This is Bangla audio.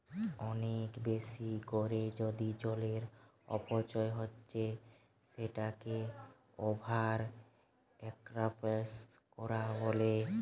অনেক বেশি কোরে যদি জলের অপচয় হচ্ছে সেটাকে ওভার এক্সপ্লইট কোরা বলে